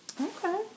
Okay